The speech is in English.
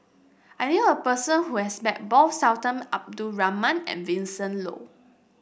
I knew a person who has met both Sultan Abdul Rahman and Vincent Leow